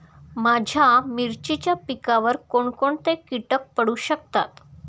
माझ्या मिरचीच्या पिकावर कोण कोणते कीटक पडू शकतात?